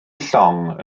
llong